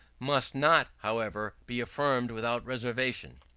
must not, however, be affirmed without reservation.